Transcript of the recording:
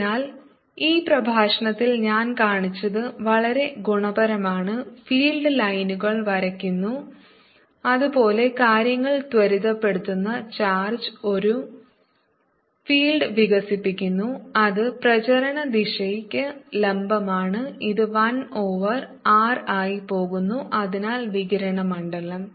അതിനാൽ ഈ പ്രഭാഷണത്തിൽ ഞാൻ കാണിച്ചത് വളരെ ഗുണപരമാണ് ഫീൽഡ് ലൈനുകൾ വരയ്ക്കുന്നു അതുപോലുള്ള കാര്യങ്ങൾ ത്വരിതപ്പെടുത്തുന്ന ചാർജ് ഒരു ഫീൽഡ് വികസിപ്പിക്കുന്നു അത് പ്രചാരണ ദിശയ്ക്ക് ലംബമാണ് ഇത് 1 ഓവർ r ആയി പോകുന്നു അതിനാൽ വികിരണ മണ്ഡലം